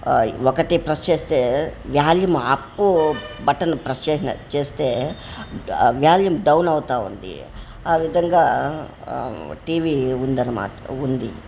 ఒకటి ప్రెస్ చేస్తే volume up button press చే చేస్తే వ్యాల్యూమ్ డౌన్ అవుతూ ఉంది ఆ విధంగా టీవీ ఉంది అన్నమాట ఉంది